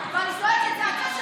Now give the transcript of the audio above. ואני זועקת זעקה של מיליונים.